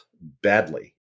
badly